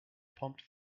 pumped